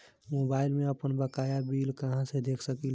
Mobile में आपनबकाया bill कहाँसे देख सकिले?